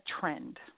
trend